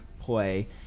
play